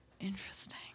Interesting